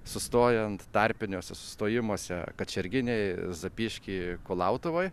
sustojant tarpiniuose sustojimuose kačerginėj zapyšky kulautuvoj